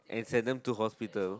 and send them to hospital